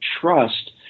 trust